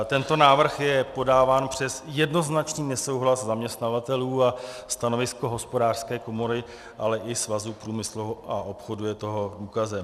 Tento návrh je podáván přes jednoznačný nesouhlas zaměstnavatelů a stanovisko Hospodářské komory, ale i Svazu průmyslu a obchodu je toho důkazem.